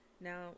Now